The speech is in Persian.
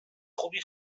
خوبی